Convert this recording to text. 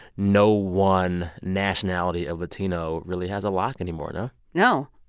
no one nationality of latino really has a lock anymore, no? no.